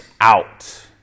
out